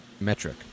metric